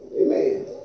Amen